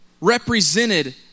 represented